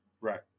Right